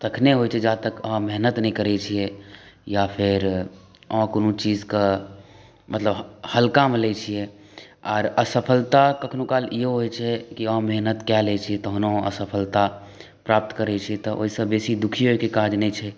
तखने होइ छै जा तक अहाँ मेहनत नहि करै छियै या फेर अहाँ कोनो चीजके मतलब हल्कामे लै छियै आर असफलता कखनो काल इहो होइ छै कि अहाँ मेहनत कऽ लै छी तहन कोनो असफलता प्राप्त करै छै तऽ ओहिसँ बेसी दुखी होए केँ काज नहि छै